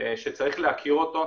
שצריך להכיר אותו,